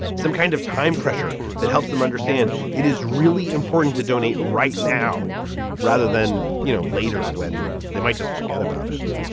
some kind of time pressure that helps them understand it is really important to donate right now rather than you know later when they might just forget about it